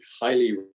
highly